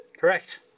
Correct